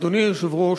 אדוני היושב-ראש,